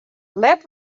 let